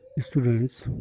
students